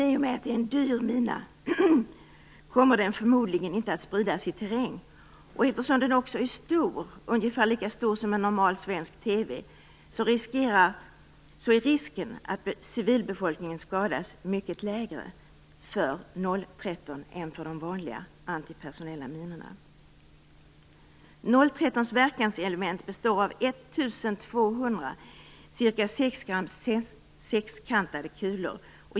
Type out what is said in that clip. I och med att den är en dyr mina kommer den förmodligen inte att spridas i terräng, och eftersom den också är stor - ungefär lika stor som en normal svensk TV-apparat - är risken att civilbefolkningen skadas mycket lägre när det gäller 013 än de vanliga antipersonella minorna. 013-minans verkanselement består av 1 200 ca 6 grams sexkantade kulor.